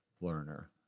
learner